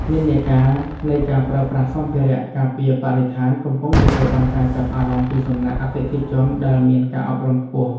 និន្នាការនៃការប្រើប្រាស់សម្ភារៈការពារបរិស្ថានកំពុងទទួលបានការចាប់អារម្មណ៍ពីសំណាក់អតិថិជនដែលមានការអប់រំខ្ពស់។